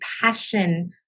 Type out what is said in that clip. passion